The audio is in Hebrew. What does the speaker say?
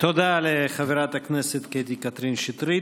תודה לחברת הכנסת קטי (קטרין) שטרית.